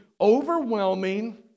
overwhelming